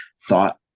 thought